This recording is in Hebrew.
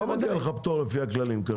אז לא מגיע לך פטור לפי הכללים כרגע.